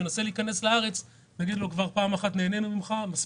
ינסה להיכנס לארץ יגידו לו: "נהנינו ממך פעם אחת,